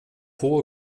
hohe